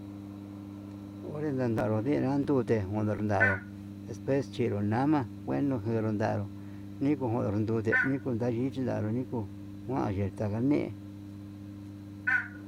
Onre kuandaro ninandute juner naró, especie ndo nama, ngueno njenro ndanró nikon dandute niko nda'í yindanru nuu kuandeta, ndañe'e.